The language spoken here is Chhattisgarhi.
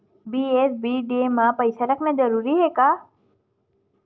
बी.एस.बी.डी.ए मा पईसा रखना जरूरी हे का?